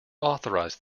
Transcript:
authorised